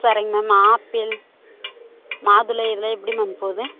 சரிங்க ma'am apple மாதுளை இதெலான் எப்படி மேம் போகுது